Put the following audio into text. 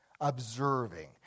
observing